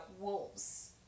wolves